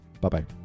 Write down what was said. Bye-bye